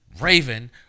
Raven